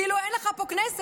כאילו אין לך פה כנסת,